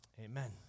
amen